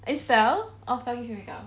it's fel oh fel give you make up